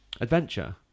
adventure